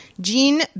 Jean